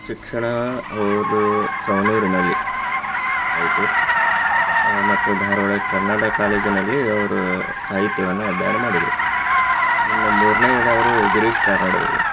ಶಿಕ್ಷಣ ಅವರು ಸವಣೂರಿನಲ್ಲಿ ಆಯಿತು ಮತ್ತು ಧಾರವಾಡ ಕರ್ನಾಟಕ ಕಾಲೇಜಿನಲ್ಲಿ ಅವರು ಸಾಹಿತ್ಯವನ್ನು ಅಧ್ಯಯನ ಮಾಡಿದ್ರು ಇನ್ನು ಮೂರನೆಯವರು ಗಿರೀಶ್ ಕಾರ್ನಾಡ್ ಅವರು